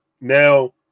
now